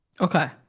Okay